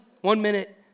one-minute